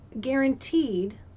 guaranteed